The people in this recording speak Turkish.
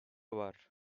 var